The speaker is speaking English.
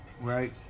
Right